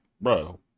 Bro